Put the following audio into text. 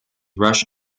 rush